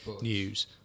news